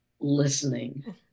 listening